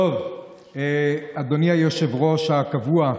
אדוני היושב-ראש הקבוע,